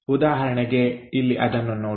ಉದಾಹರಣೆಗೆ ಇಲ್ಲಿ ಅದನ್ನು ನೋಡಿ